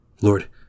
Lord